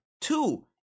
two